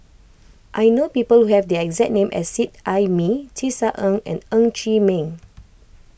I know people who have the exact name as Seet Ai Mee Tisa Ng and Ng Chee Meng